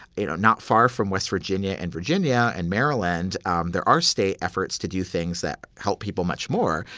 you know not far from west virginia and virginia and maryland, um there are state efforts to do things that help people much more.